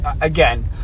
Again